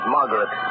Margaret